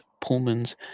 Pullman's